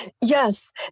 Yes